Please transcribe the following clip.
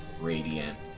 radiant